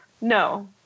No